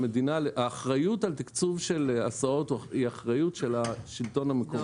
שהאחריות על תקצוב הסעות היא אחריות של השלטון המקומי.